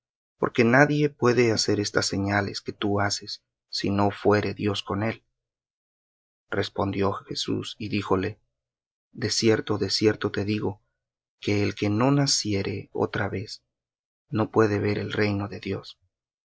porque nadie puede hacer estas señales que tú haces si no fuere dios con él respondió jesús y díjole de cierto de cierto te digo que el que no naciere otra vez no puede ver el reino de dios